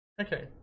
okay